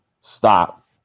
stop